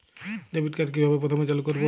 Debit card কিভাবে প্রথমে চালু করব?